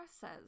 says